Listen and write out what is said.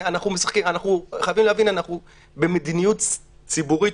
אנחנו חייבים להבין שאנחנו במדיניות ציבורית,